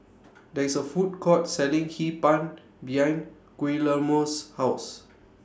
There IS A Food Court Selling Hee Pan behind Guillermo's House